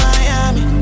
Miami